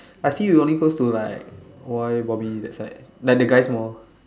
I see you only close to like Roy Bobby that side like the guys more